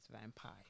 vampire